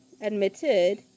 admitted